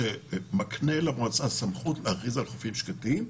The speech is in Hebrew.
שמקנה למועצה סמכות להכריז על חופים שקטים.